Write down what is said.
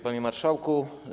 Panie Marszałku!